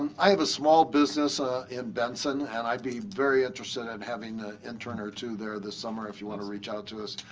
um i have a small business ah in benson. and i'd be very interested in and having an ah intern or two there this summer if you want to reach out to us.